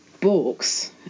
books